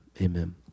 Amen